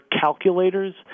calculators